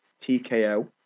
TKO